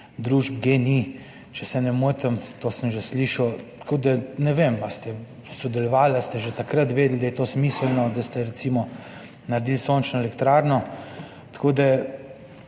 družb, GEN-I, če se ne motim. To sem že slišal, ne vem, ali ste sodelovali, ali ste že takrat vedeli, da je to smiselno, da ste recimo naredili sončno elektrarno. Tako da